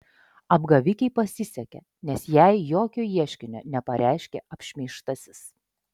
apgavikei pasisekė nes jai jokio ieškinio nepareiškė apšmeižtasis